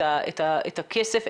את הכסף,